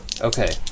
Okay